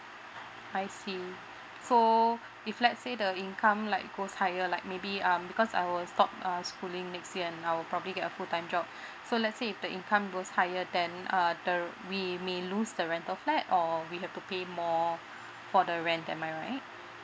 I see so if let's say the income like goes higher like maybe um because I'll stop uh schooling next year and I'll probably get a full time job so let's say if the income goes higher then uh the we may lose the rental flat or we have to pay more for the rent am I right